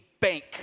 bank